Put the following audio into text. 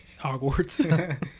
Hogwarts